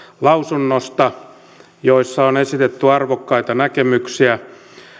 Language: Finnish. lausunnosta niissä on esitetty arvokkaita näkemyksiä